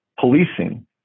policing